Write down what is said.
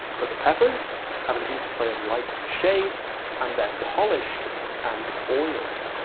but the peppers have an interplay of light and shade and they're polished and oiled.